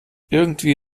irgendwie